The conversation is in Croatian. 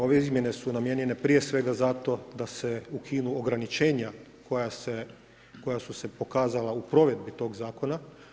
Ove izmjene su namijenjene prije svega zato da se ukinu ograničenja koja su se pokazala u provedbi tog zakona.